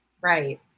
right